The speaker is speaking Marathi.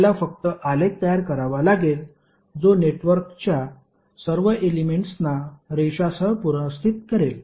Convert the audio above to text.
आपल्याला फक्त आलेख तयार करावा लागेल जो नेटवर्कच्या सर्व एलेमेंट्सना रेषांसह पुनर्स्थित करेल